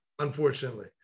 unfortunately